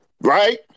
right